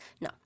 no